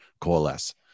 coalesce